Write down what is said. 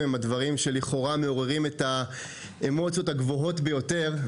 הם הדברים שלכאורה מעוררים את האמוציות הגבוהות ביותר,